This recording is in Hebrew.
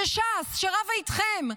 שש"ס שרבה איתכם,